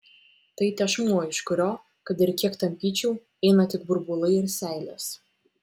tai tešmuo iš kurio kad ir kiek tampyčiau eina tik burbulai ir seilės